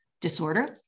disorder